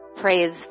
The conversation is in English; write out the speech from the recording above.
Praise